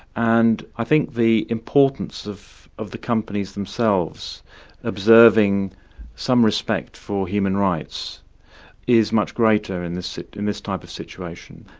and i think the importance of of the companies themselves observing some respect for human rights is much greater in this in this type of situation.